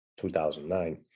2009